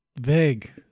Vague